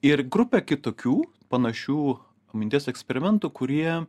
ir grupė kitokių panašių minties eksperimentų kurie